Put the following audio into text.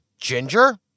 Ginger